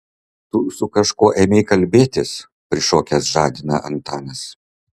tu su kažkuo ėmei kalbėtis prišokęs žadina antanas